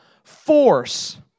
force